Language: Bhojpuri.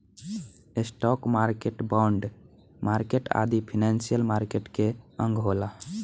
स्टॉक मार्केट, बॉन्ड मार्केट आदि फाइनेंशियल मार्केट के अंग होला